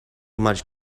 much